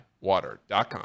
water.com